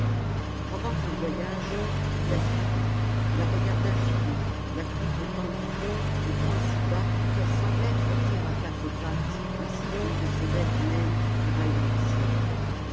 pendant un voyage il la suivit la regarda filer la croupe tendue les poings si bas qu'elle semblait trotter à quatre pattes ainsi qu'une de ces bêtes naines qui travaillent dans les cirques